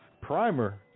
Primer